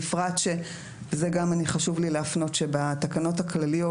בפרט שבתקנות הכלליות,